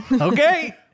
Okay